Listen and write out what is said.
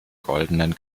goldenen